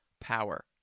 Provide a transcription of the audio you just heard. power